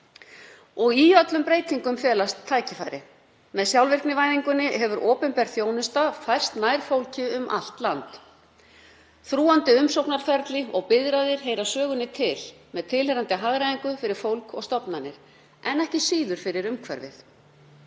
Í öllum breytingum felast tækifæri. Með sjálfvirknivæðingu hefur opinber þjónusta færst nær fólki um allt land. Þrúgandi umsóknarferli og biðraðir heyra sögunni til með tilheyrandi hagræðingu fyrir fólk og stofnanir en ekki síður fyrir umhverfið.